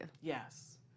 Yes